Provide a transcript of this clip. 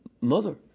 mother